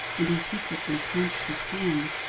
and he secretly clenched his hands.